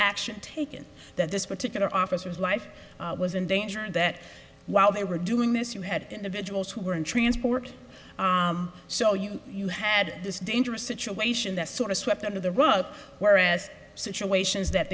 action taken that this particular officers life was in danger and that while they were doing this you had individuals who were in transport so you know you had this dangerous situation that sort of swept under the rug whereas situations that